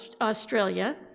Australia